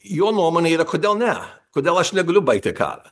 jo nuomone yra kodėl ne kodėl aš negaliu baigti karą